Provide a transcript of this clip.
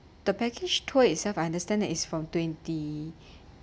the package tour itself I understand that it's from twenty